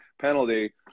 penalty